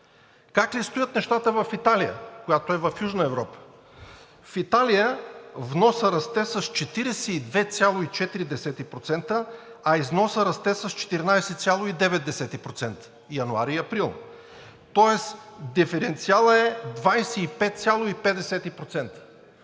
Как ли стоят нещата в Италия, която е в Южна Европа? В Италия вносът расте с 42,4%, а износът расте с 14,9%, януари-април. Тоест диференциалът е 25,5%.